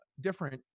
different